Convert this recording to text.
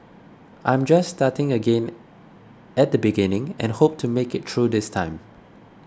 I am just starting again at the beginning and hope to make it through this time